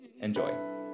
Enjoy